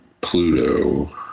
Pluto